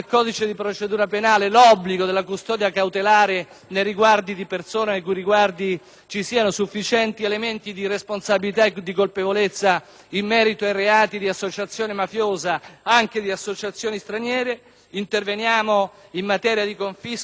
riguardi ci siano sufficienti elementi di responsabilità e colpevolezza in merito ai reati di associazione mafiosa, anche di associazioni criminali straniere. Interveniamo in materia di confisca dei beni di provenienza illecita. Vedete, cari